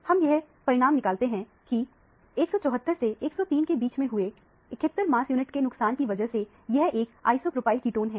हम यह परिणाम निकालते हैं कि 174 से 103 के बीच में हुए 71 मास यूनिट के नुकसान की वजह से यह एक आइसो प्रोपाइल कीटोन है